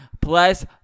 plus